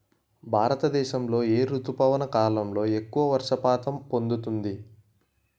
భారతదేశంలో ఏ రుతుపవన కాలం ఎక్కువ వర్షపాతం పొందుతుంది?